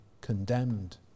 condemned